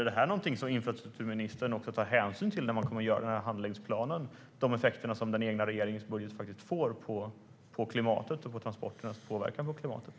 Är de effekter som regeringens budget får på klimatet och på transporterna någonting som infrastrukturministern tar hänsyn till i arbetet med handlingsplanen?